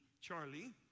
Charlie